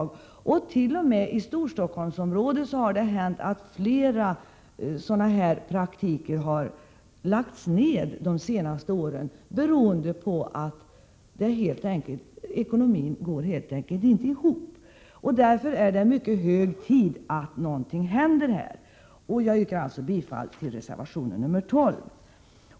Det har hänt t.o.m. i Storstockholmsområdet att flera sådana här praktiker har lagts ner under de senaste åren, helt enkelt beroende på att ekonomin inte går ihop. Därför är det mycket hög tid att någonting händer. Jag yrkar bifall till reservation nr 12.